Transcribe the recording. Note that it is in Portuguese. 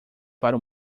para